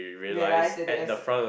realize that they accept